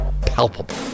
palpable